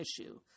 issue